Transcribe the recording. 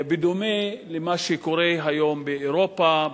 זאת בדומה למה שקורה היום באירופה,